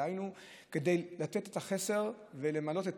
דהיינו, כדי לתת את החסר ולמלא את